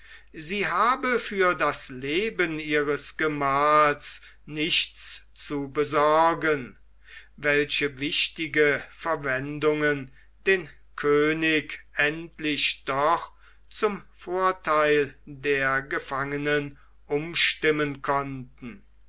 sie habe für das leben ihres gemahls nichts zu besorgen welche wichtige verwendungen den könig endlich doch zum vortheil der gefangenen umstimmen konnten